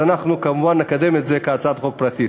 אנחנו כמובן נקדם את זה כהצעת חוק פרטית.